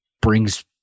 brings